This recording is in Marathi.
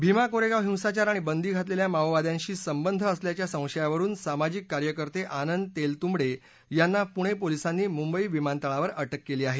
भीमा कोरेगाव हिसाचार आणि बंदी घातलेल्या माओवाद्यांशी संबध असल्याच्या संशयावरून सामाजिक कार्यकर्ते आनंद तेलतुंबडे यांना पुणे पोलिसांनी मुंबई विमानतळावर अटक केली आहे